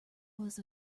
was